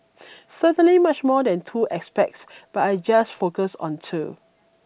certainly much more than two aspects but I'll just focus on two